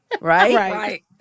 Right